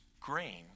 grain